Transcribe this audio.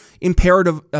imperative